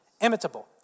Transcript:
Imitable